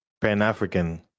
pan-african